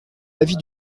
l’avis